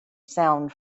sound